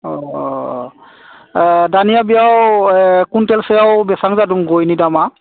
अ अ दानिया बेयाव कुविन्टेलसेयाव बेसेबां जादों गइनि दामआ